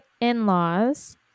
in-laws